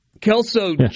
Kelso